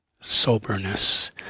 soberness